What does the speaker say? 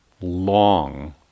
long